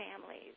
families